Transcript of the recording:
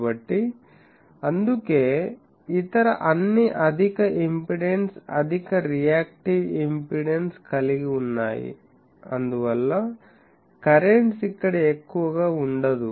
కాబట్టి అందుకే ఇతర అన్నీ అధిక ఇంపెడెన్స్ అధిక రియాక్టివ్ ఇంపెడెన్స్ కలిగి ఉన్నాయి అందువల్ల కరెంట్స్ అక్కడ ఎక్కువగా ఉండదు